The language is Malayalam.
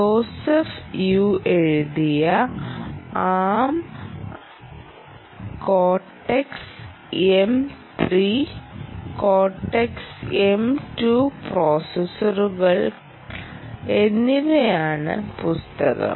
ജോസഫ് യു എഴുതിയ ARM Cortex M 3 Cortex M 2 പ്രോസസ്സറുകൾ എന്നിവയാണ് പുസ്തകം